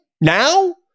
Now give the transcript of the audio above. now